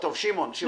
טוב, שמעון, שמעון.